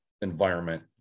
environment